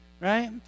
Right